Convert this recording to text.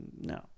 no